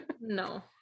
no